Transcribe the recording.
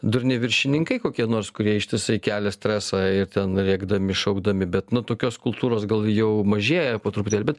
durni viršininkai kokie nors kurie ištisai kelia stresą ir ten rėkdami šaukdami bet nu tokios kultūros gal jau mažėja po truputėlį bet